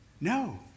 No